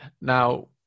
Now